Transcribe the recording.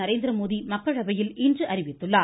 நரேந்திரமோடி மக்களவையில் இன்று அறிவித்தார்